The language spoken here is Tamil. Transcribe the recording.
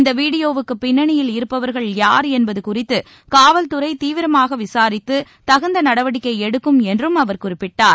இந்த வீடியோ வுக்கு பின்னணியில் இருப்பவர்கள் யார் என்பது குறித்து காவல்துறை தீவிரமாக விசாரித்து தகுந்த நடவடிக்கை எடுக்கும் என்று அவர் குறிப்பிட்டார்